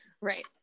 Right